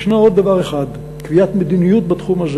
יש עוד דבר אחד: קביעת מדיניות בתחום הזה.